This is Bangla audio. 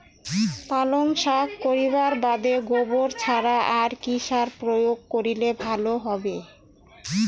পালং শাক করিবার বাদে গোবর ছাড়া আর কি সার প্রয়োগ করিলে ভালো হবে?